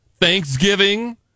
thanksgiving